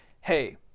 Hey